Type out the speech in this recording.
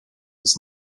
des